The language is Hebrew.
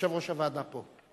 יושב-ראש הוועדה פה.